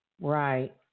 right